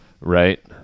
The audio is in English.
Right